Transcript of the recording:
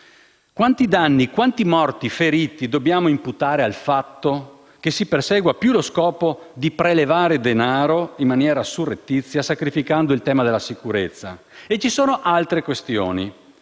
Quanti danni e quanti morti e feriti dobbiamo imputare al fatto che si persegue lo scopo di prelevare denaro in maniera surrettizia, sacrificando il tema della sicurezza? Ci sono poi altre questioni: